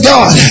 God